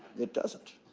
it doesn't.